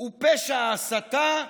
הוא פשע ההסתה,